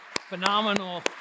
Phenomenal